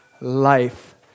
Life